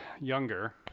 Younger